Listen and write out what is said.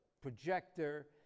projector